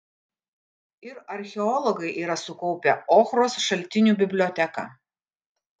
ir archeologai yra sukaupę ochros šaltinių biblioteką